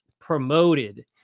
promoted